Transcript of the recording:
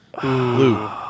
Blue